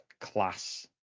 class